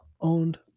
owned